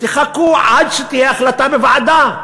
תחכו עד שתהיה החלטה בוועדה.